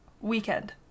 weekend